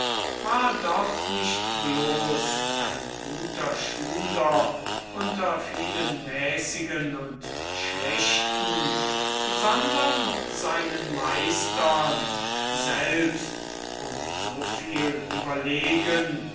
war doch nicht bloß ein guter schüler unter vielen mäßigen und schlechten sondern seinen meistern selbst um so viel überlegen